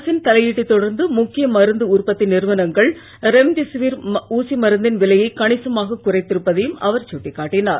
அரசின் தலையீட்டைத் தொடர்ந்து முக்கிய மருந்து உற்பத்தி நிறுவனங்கள் ரெம்டெசிவிர் ஊசி மருந்தின் விலையை கணிசமாகக் குறைத்து இருப்பதையும் அவர் சுட்டிக்காட்டினார்